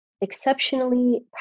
exceptionally